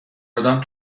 آدم